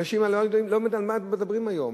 אנשים לא יודעים מה על מה מדברים היום.